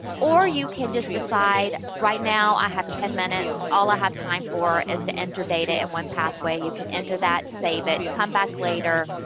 or you can just decide right now i have ten minutes, all i have time for is to enter data in one pathway. you can enter that, save it, come back later,